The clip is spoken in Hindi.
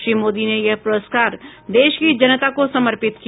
श्री मोदी ने यह पुरस्कार देश की जनता को समर्पित किया